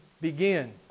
begin